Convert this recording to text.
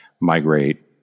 migrate